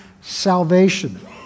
salvation